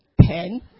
pen